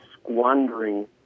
squandering